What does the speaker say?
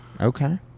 Okay